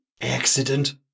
Accident